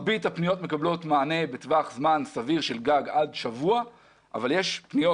מרבית הפניות מקבלות מענה בטווח זמן סביר של גג עד שבוע אבל יש פניות,